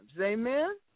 Amen